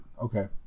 okay